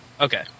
Okay